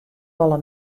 wolle